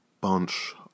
bunch